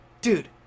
Dude